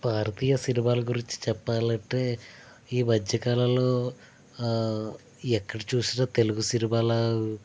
భారతీయ సినిమాల గురించి చెప్పాలంటే ఈ మధ్యకాలంలో ఎక్కడ చూసినా తెలుగు సినిమాల